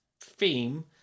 theme